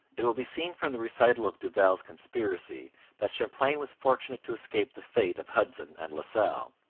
it will be seen from the recital of duval's conspiracy that champlain was fortunate to escape the fate of hudson and la salle.